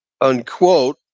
Unquote